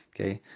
okay